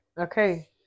okay